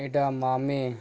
اڈا مامے